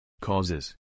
Causes